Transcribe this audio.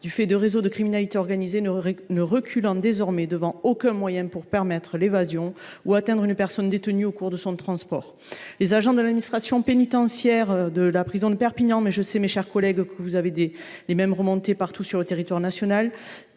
graves, les réseaux de criminalité organisée ne reculant désormais devant aucun moyen pour permettre l’évasion d’une personne détenue au cours de son transport ou bien pour l’atteindre. Les agents de l’administration pénitentiaire de la prison de Perpignan – je sais, mes chers collègues, que vous avez les mêmes remontées partout sur le territoire national